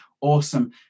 awesome